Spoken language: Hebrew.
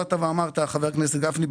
חבר הכנסת גפני,